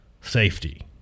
safety